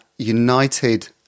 united